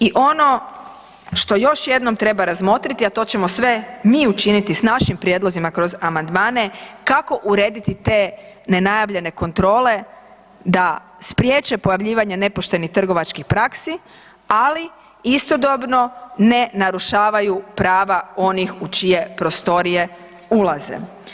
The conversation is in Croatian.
I ono što još jednom treba razmotriti, a to ćemo sve mi učiniti s našim prijedlozima kroz amandmane, kako urediti te nenajavljene kontrole da spriječe pojavljivanje nepoštenih trgovačkih praksi, ali istodobno ne narušavaju prava onih u čije prostorije ulaze.